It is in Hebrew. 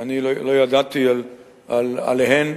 שלא ידעתי עליהן,